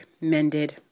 mended